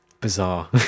bizarre